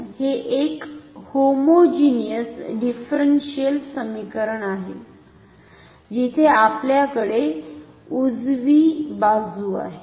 तर हे एक होमोजिनिअस डिफरनशिअल समीकरण आहे जिथे आपल्याकडे उजवी बाजु आहे